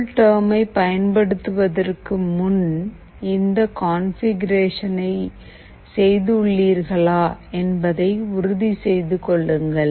கூல்டெர்மை பயன்படுத்துவதற்கு முன் இந்த கான்பிகுரேஷனை செய்து உள்ளீர்களா என்பதை உறுதி செய்து கொள்ளுங்கள்